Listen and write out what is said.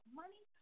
money